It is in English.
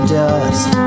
dust